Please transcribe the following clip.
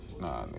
nah